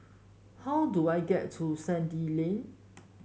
how do I get to Sandy Lane